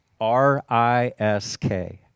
R-I-S-K